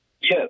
Yes